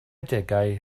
adegau